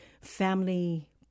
family—